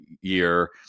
year